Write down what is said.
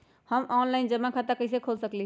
हम ऑनलाइन जमा खाता कईसे खोल सकली ह?